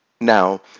Now